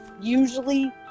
usually